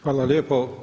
Hvala lijepa.